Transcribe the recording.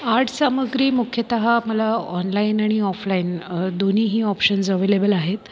art सामग्री मुख्यतः मला ऑनलाईन आणि ऑफलाईन दोनीही ऑपशन्स अव्हेलेबल आहेत